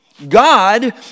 God